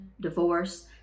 divorce